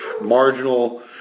marginal